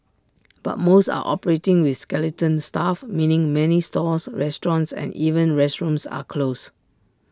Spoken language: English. but most are operating with skeleton staff meaning many stores restaurants and even restrooms are closed